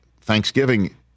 Thanksgiving